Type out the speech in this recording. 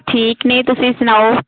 ਠੀਕ ਨੇ ਤੁਸੀਂ ਸੁਣਾਓ